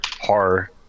horror